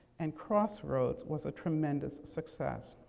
and crossroads was a tremendous success.